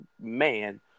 man